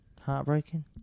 heartbreaking